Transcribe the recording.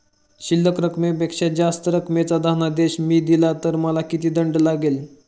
शिल्लक रकमेपेक्षा जास्त रकमेचा धनादेश मी दिला तर मला किती दंड लागेल?